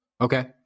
Okay